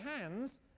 hands